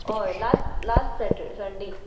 हय last last Sunday